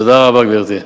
תודה רבה, גברתי.